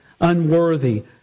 unworthy